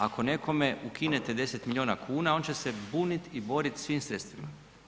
Ako nekome ukinete 10 milijuna kuna on će se buniti i boriti svim sredstvima.